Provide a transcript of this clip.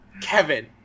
Kevin